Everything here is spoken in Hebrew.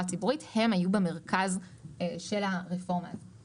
הציבורית היו במרכז של הרפורמה הזאת.